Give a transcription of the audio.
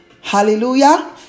hallelujah